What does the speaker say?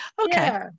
Okay